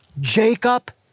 Jacob